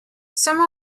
some